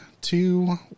two